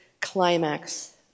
climax